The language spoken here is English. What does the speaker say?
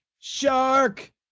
Shark